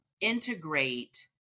integrate